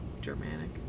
Germanic